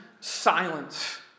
silence